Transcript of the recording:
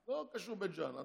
לא קשור בית ג'ן.